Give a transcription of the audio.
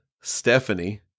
Stephanie